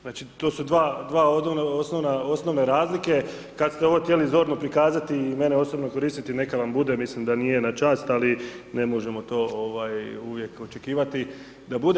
Znači, to su dva osnovne razlike kad ste ovo htjeli zorno prikazati i mene osobno koristiti, neka vam bude, mislim da nije na čast, ali ne možemo to uvijek očekivati da bude.